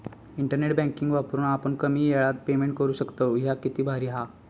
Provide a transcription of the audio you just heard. internet banking वापरून आपण कमी येळात पेमेंट करू शकतव, ह्या किती भारी हां